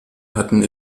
hatten